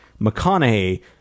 mcconaughey